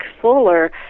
Fuller